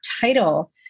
title